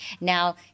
now